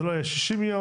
זה לא יהיה 60 ימים.